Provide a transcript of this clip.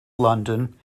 london